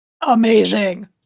Amazing